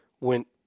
went